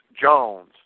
Jones